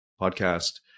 podcast